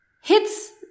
Hits